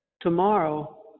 tomorrow